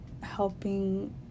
helping